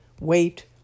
wait